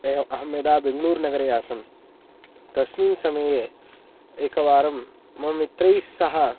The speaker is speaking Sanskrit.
अहम् अहं यदा बेङ्गलुर् नगरे आसम् तस्मिन् समये एकवारं मम मित्रैस्सह